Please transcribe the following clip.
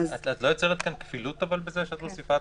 את לא יוצרת כאן כפילות בזה שאת מוסיפה